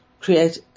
create